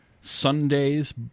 Sundays